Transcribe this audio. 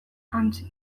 hansi